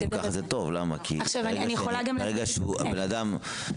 אז אם ככה זה טוב כי ברגע שאדם ירצה